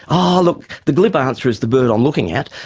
um ah look, the glib answer is the bird i'm looking at,